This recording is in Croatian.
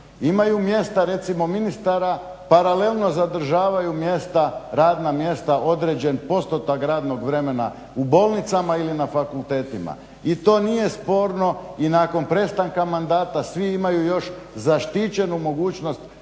Imaju mjesta recimo ministara, paralelno zadržavaju mjesta, radna mjesta, određen postotak radnog vremena u bolnicama ili na fakultetima. I to nije sporno i nakon prestanka mandata svi imaju još zaštićenu mogućnost